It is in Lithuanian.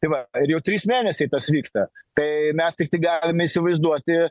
tai va jau trys mėnesiai tas vyksta tai mes tiktai galime įsivaizduoti